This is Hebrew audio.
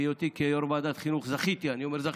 בהיותי יו"ר ועדת החינוך זכיתי, אני אומר שזכיתי,